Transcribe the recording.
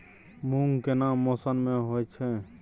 मूंग केना मौसम में होय छै?